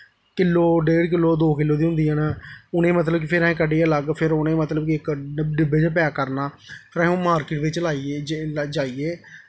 किल्लो डेढ किल्लो दो किल्लो दियां होंदियां न उ'नेंगी मतलब कि कड्डियै अलग इक फिर उ'नेंगी मतलब कि इक डिब्बे च पैक करना फिर असें ओह् असें मार्किट बिच्च जाइयै